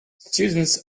students